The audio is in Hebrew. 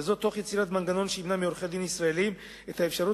וזאת תוך יצירת מנגנון שימנע מעורכי-דין ישראלים את האפשרות